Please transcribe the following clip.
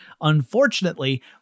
Unfortunately